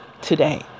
today